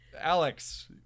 Alex